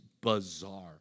bizarre